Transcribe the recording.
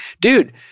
Dude